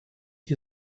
ich